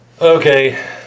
Okay